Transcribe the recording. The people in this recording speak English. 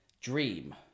Dream